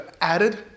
added